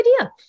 idea